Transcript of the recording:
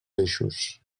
eixos